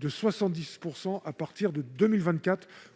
de 70 % à partir de 2024,